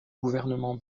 gouvernement